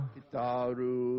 Pitaru